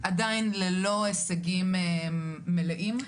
עדיין ללא הישגים מלאים.